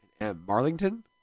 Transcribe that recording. Marlington